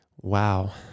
Wow